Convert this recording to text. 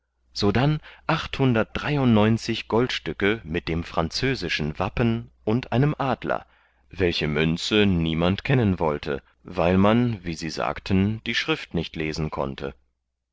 sodann goldstücke mit dem französischen wappen und einem adler welche münze niemand kennen wollte weil man wie sie sagten die schrift nicht lesen konnte